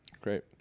Great